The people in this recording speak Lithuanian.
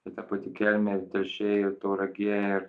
tai ta pati kelmė telšiai ir tauragė ir